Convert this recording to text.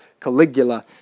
Caligula